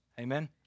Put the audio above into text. Amen